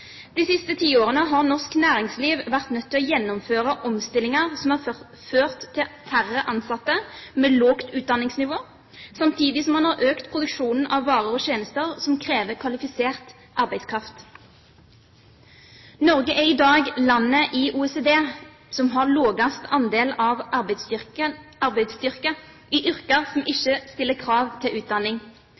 De siste tiårene har norsk næringsliv vært nødt til å gjennomføre omstillinger som har ført til færre ansatte med lavt utdanningsnivå, samtidig som man har økt produksjonen av varer og tjenester som krever kvalifisert arbeidskraft. Norge er i dag det landet i OECD som har lavest andel av arbeidsstyrken i yrker som ikke stiller krav til utdanning.